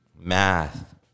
math